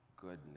goodness